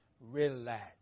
Relax